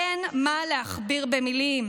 אין מה להכביר במילים,